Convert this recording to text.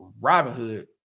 Robinhood